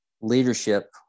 leadership